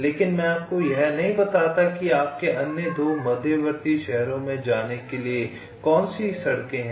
लेकिन मैं आपको यह नहीं बताता कि आपके अन्य 2 मध्यवर्ती शहरों में जाने के लिए कौन सी सड़कें हैं